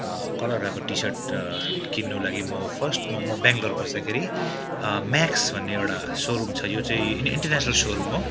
कल्लर भएको टिसर्ट किन्नुको लागि म फर्स्टमा म बेङ्गलोर बस्दाखेरि म्याक्स भन्ने एउटा सोरूम छ यो चाहिँ इन्टरनेसनल सोरूम हो